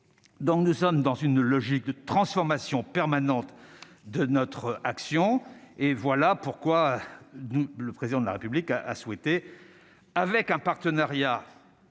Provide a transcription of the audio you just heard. donc nous sommes dans une logique de transformation permanente de notre action et voilà pourquoi nous, le président de la République a souhaité avec un partenariat avec